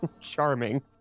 Charming